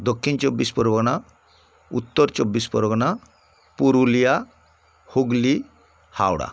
Dakshin Chabbish Pargana Uttar Chabbish Pargana Purulia Hooghly Howrah